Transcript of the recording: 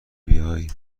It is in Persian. بیای